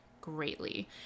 greatly